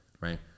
right